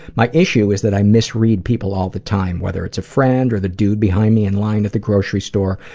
my issue is that i misread people all the time. whether it's a friend or the dude behind me in line at the grocery store,